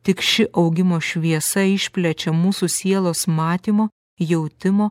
tik ši augimo šviesa išplečia mūsų sielos matymo jautimo